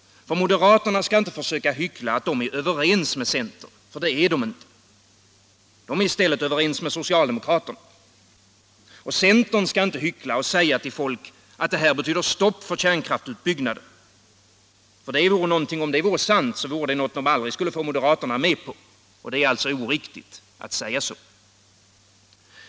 Moderaterna skall inte försöka hyckla att de är överens med centern, för det är de inte. De är i stället överens med socialdemokraterna. Och centern skall inte hyckla och säga till folk att det här betyder stopp för kärnkraftsutbyggnaden, för om det vore riktigt skulle centern aldrig få moderaterna med på det, och därför är det inte sant att säga så.